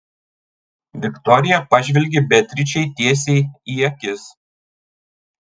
viktorija pažvelgė beatričei tiesiai į akis